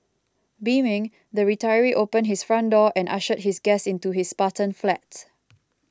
beaming the retiree opened his front door and ushered his guest into his spartan flat